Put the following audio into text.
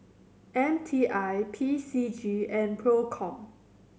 M T I P C G and Procom